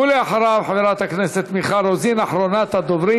ואחריו, חברת הכנסת מיכל רוזין, אחרונת הדוברים.